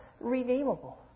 redeemable